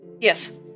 Yes